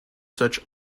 such